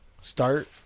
start